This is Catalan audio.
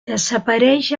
desapareix